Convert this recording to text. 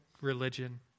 religion